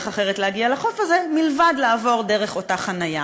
אחרת להגיע לחוף הזה לבד מלעבור דרך אותה חניה.